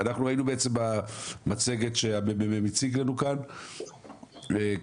אנחנו ראינו במצגת שהוצגה לנו כאן על ידי מרכז המחקר והמידע,